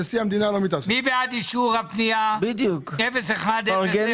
100 מיליון אישרנו ביתרות.